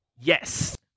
Yes